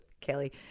Kelly